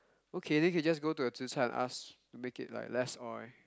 okay then you can just go to the zhichar and ask to make it like less oil